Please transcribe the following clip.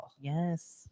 Yes